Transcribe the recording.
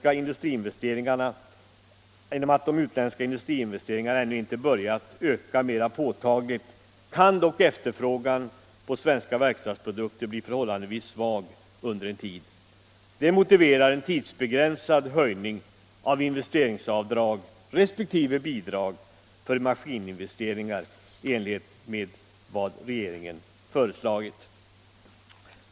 a. genom att de utländska industriinvesteringarna ännu inte börjat öka mera påtagligt kan dock efterfrågan på svenska verkstadsprodukter bli förhållandevis svag under en tid. Detta motiverar en tidsbegränsad höjning av investeringsavdrag resp. bidrag för maskininvesteringar i enlighet med vad regeringen föreslagit.